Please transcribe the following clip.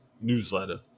Newsletter